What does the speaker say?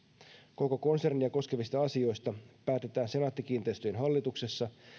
koko konsernia koskevista asioista päätetään senaatti kiinteistöjen hallituksessa